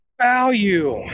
value